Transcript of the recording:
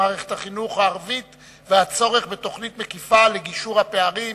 במערכת החינוך הערבית והצורך בתוכנית מקיפה לגישור על הפערים.